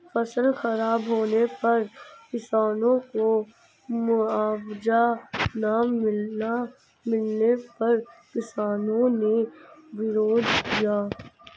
फसल खराब होने पर किसानों को मुआवजा ना मिलने पर किसानों ने विरोध किया